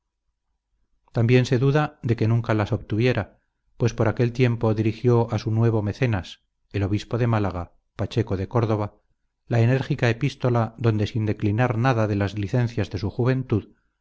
también se duda de que nunca las obtuviera pues por aquel tiempo dirigió a su nuevo mecenas el obispo de málaga pacheco de córdoba la enérgica epístola donde sin declinar nada de las licencias de su juventud